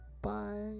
Bye